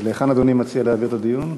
ולהיכן אדוני מציע להעביר את הדיון?